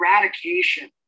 eradication